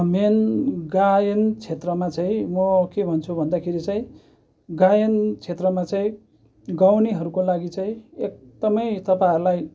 main गायन क्षेत्रमा चाहिँ म के भन्छु भन्दा खेरि चाहिँ गायन क्षेत्रमा चाहिँ गाउनेहरूको लागि चाहिँ एकदमै तपाईँहरूलाई